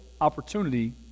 opportunity